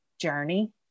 journey